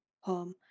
home